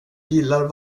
gillar